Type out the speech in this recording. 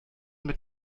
mit